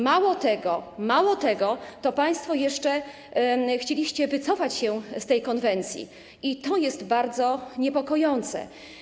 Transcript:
Mało tego, państwo jeszcze chcieliście wycofać się z tej konwencji i to jest bardzo niepokojące.